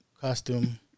Costume